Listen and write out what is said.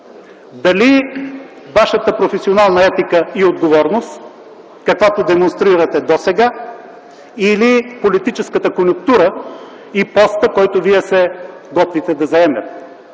дали Вашата професионална етика и отговорност, каквато демонстрирате досега, или политическата конюнктура и постът, който Вие се готвите да заемете?